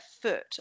foot